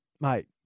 mate